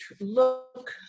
look